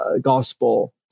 gospel